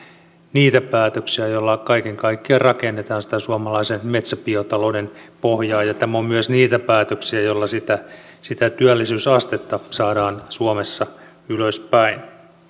niitä päätöksiä joilla kaiken kaikkiaan rakennetaan sitä suomalaisen metsäbiotalouden pohjaa ja tämä on myös niitä päätöksiä joilla sitä sitä työllisyysastetta saadaan suomessa ylöspäin